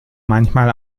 manchmal